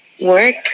work